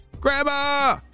Grandma